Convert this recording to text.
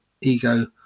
ego